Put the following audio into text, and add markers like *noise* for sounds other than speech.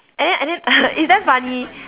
and then and then *noise* it's damn funny